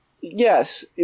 yes